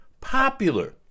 popular